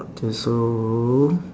okay so